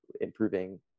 improving